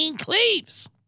Cleves